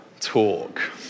talk